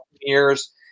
years